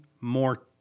more